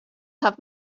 have